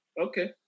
Okay